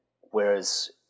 Whereas